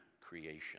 creation